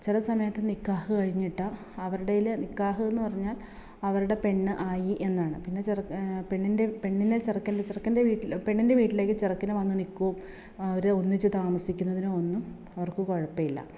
ചില സമയത്ത് നിക്കാഹ് കഴിഞ്ഞിട്ടാണ് അവരുടെ ഇതിൽ നിക്കാഹെന്ന് പറഞ്ഞാൽ അവരുടെ പെണ്ണ് ആയി എന്നാണ് പിന്നെ പെണ്ണിൻ്റെ പെണ്ണിനെ ചെറുക്കൻ്റെ പെണ്ണിൻ്റെ വീട്ടിലേക്ക് ചെറുക്കനെ വന്ന് നിക്കുവോം അവർ ഒന്നിച്ച് താമസിക്കുന്നതിനോ ഒന്നും അവർക്ക് കുഴപ്പമില്ല